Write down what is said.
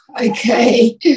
okay